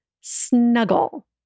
snuggle